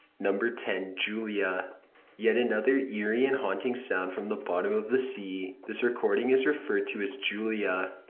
number ten. julia yet another eerie and haunting sound from the bottom of the sea, this recording is referred to as julia.